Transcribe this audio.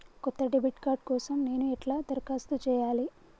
కొత్త debit card కోసం నేను ఎట్లా దరఖాస్తు చేయాలి?